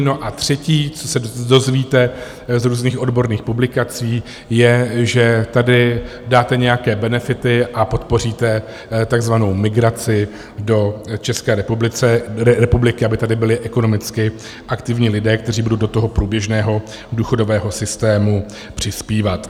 A za třetí což se dozvíte z různých odborných publikací je, že tady dáte nějaké benefity a podpoříte takzvanou migraci do České republiky, aby tady byli ekonomicky aktivní lidé, kteří budou do toho průběžného důchodového systému přispívat.